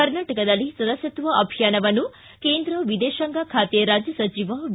ಕರ್ನಾಟಕದಲ್ಲಿ ಸದಸ್ತತ್ವ ಅಭಿಯಾನವನ್ನು ಕೇಂದ್ರ ವಿದೇಶಾಂಗ ಖಾತೆ ರಾಜ್ಯ ಸಚಿವ ವಿ